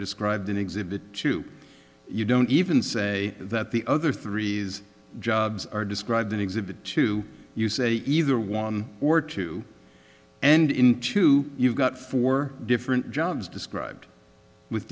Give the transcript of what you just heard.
described in exhibit two you don't even say that the other three is jobs are described in exhibit two you say either one or two and in two you've got four different jobs described with